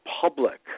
public